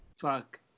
fuck